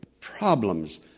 problems